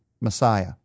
Messiah